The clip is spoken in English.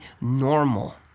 normal